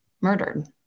murdered